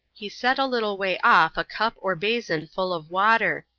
he set a little way off a cup or basin full of water,